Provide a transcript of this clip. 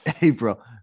April